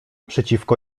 przeciwko